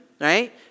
right